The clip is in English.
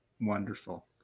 wonderful